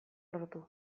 lortu